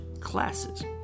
classes